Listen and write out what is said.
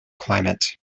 climate